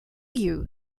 you